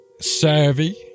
savvy